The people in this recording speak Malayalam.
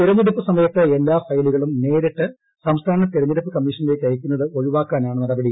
തിരഞ്ഞെടുപ്പ് സമയത്ത് എല്ലാ ഫയലുകളും നേരിട്ട് സംസ്ഥാന തിരഞ്ഞെടുപ്പ് കമ്മീഷനിലേക്ക് അയക്കുന്നത് ഒഴിവാക്കാനാണ് നടപടി